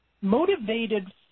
motivated